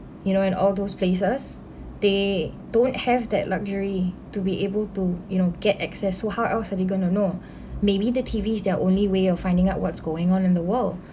you know and all those places they don't have that luxury to be able to you know get access to how else are you going to know maybe the T_V is their only way of finding out what's going on in the world